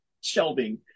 shelving